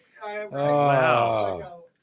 Wow